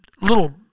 little